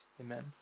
Amen